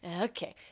Okay